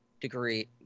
degree